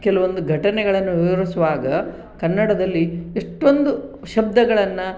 ಕೆಲವೊಂದು ಘಟನೆಗಳನ್ನು ವಿವರಿಸುವಾಗ ಕನ್ನಡದಲ್ಲಿ ಎಷ್ಟೊಂದು ಶಬ್ಧಗಳನ್ನು